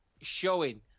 showing